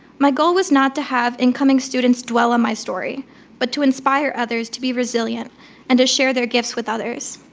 my goal was not to have incoming students dwell on my story but to inspire others to be resilient and to share their gifts with others.